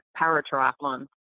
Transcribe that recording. paratriathlon